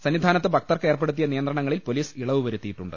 സന്നിധാനത്ത് ഭക്തർക്ക് ഏർപ്പെടുത്തിയ് നിയന്ത്രണങ്ങളിൽ പൊലീസ് ഇളവ് വരുത്തി യിട്ടുണ്ട്